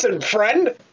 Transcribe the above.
friend